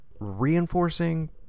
reinforcing